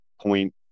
point